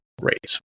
rates